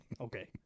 Okay